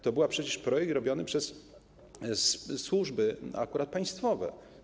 To był przecież projekt robiony przez służby akurat państwowe.